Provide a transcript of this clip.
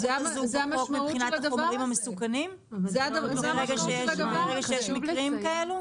הזו בחוק מבחינת החומרים המסוכנים ברגע שיש מקרים כאלה?